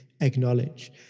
acknowledge